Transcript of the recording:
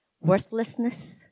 worthlessness